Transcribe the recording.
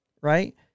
right